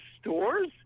stores